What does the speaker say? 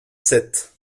sept